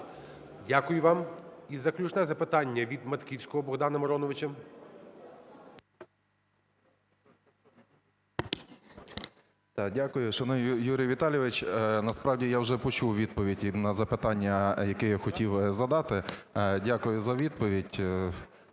Дякую вам. І заключне запитання від Матківського Богдана Мироновича. 16:21:13 МАТКІВСЬКИЙ Б.М. Дякую. Шановний Юрій Віталійович, насправді я вже почув відповідь на запитання, яке я хотів задати. Дякую за відповідь.